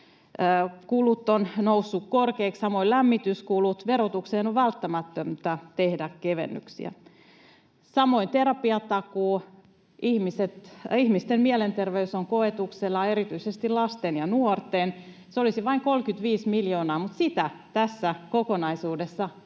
ovat nousseet korkeiksi, samoin lämmityskulut — verotukseen on välttämätöntä tehdä kevennyksiä. Samoin terapiatakuu: Ihmisten mielenterveys on koetuksella, erityisesti lasten ja nuorten. Se olisi vain 35 miljoonaa, mutta sille tässä kokonaisuudessa ei